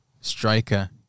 striker